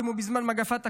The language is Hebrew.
כמו בזמן מגפת הקורונה.